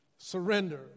surrender